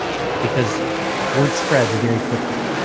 yeah because word spreads very quickly.